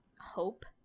hope